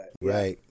right